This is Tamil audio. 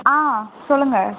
ஆ சொல்லுங்க